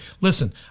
listen